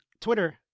Twitter